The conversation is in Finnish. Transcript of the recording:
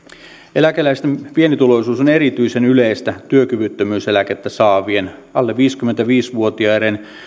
eläkeläisten pienituloisuus on erityisen yleistä työkyvyttömyyseläkettä saavien alle viisikymmentäviisi vuotiaiden